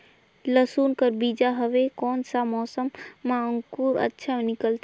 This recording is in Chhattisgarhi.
लसुन कर बीजा हवे कोन सा मौसम मां अंकुर अच्छा निकलथे?